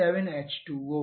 7 H2O